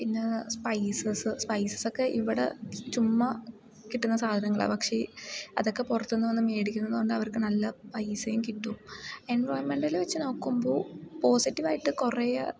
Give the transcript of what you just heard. പിന്നേ സ്പൈസസ് സ്പൈസസ്സൊക്കെ ഇവിടെ ചുമ്മ കിട്ടുന്ന സാധനങ്ങളാണ് പക്ഷേ അതൊക്കെ പുറത്തു നിന്നു വന്നു മേടിക്കുന്നെന്നു പറഞ്ഞാൽ അവർക്ക് നല്ല പൈസയും കിട്ടും എൻവയോൺമെൻറ്റൽ വെച്ചു നോക്കുമ്പോൾ പോസിറ്റീവായിട്ട് കുറേ